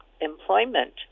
employment